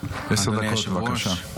אדוני היושב-ראש,